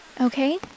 Okay